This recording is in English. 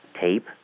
tape